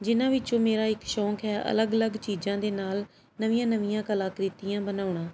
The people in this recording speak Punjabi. ਜਿਹਨਾਂ ਵਿੱਚੋਂ ਮੇਰਾ ਇੱਕ ਸ਼ੌਕ ਹੈ ਅਲੱਗ ਅਲੱਗ ਚੀਜ਼ਾਂ ਦੇ ਨਾਲ ਨਵੀਆਂ ਨਵੀਆਂ ਕਲਾਕ੍ਰਿਤੀਆਂ ਬਣਾਉਣਾ